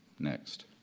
next